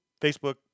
Facebook